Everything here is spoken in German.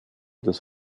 des